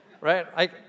Right